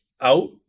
out